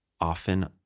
often